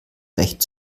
recht